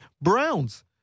Browns